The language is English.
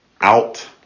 out